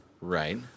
right